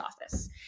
office